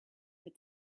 that